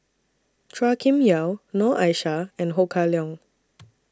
Chua Kim Yeow Noor Aishah and Ho Kah Leong